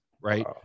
right